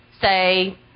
Say